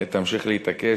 תמשיך להתעקש,